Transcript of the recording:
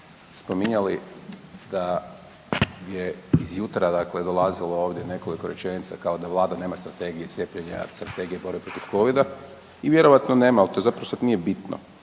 spominjali da je iz jutra, dakle dolazilo ovdje nekoliko rečenica kao da Vlada nema strategije cijepljenja, strategije borbe protiv covida. I vjerojatno nema. Ali to zapravo sad nije bitno.